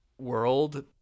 world